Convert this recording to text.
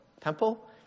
temple